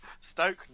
Stoke